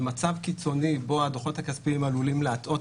במצב קיצוני בו הדוחות הכספיים עלולים להטעות